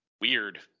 weird